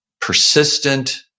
persistent